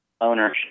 ownership